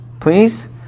please